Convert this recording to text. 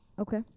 Okay